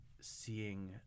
seeing